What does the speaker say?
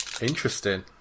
Interesting